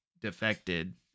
defected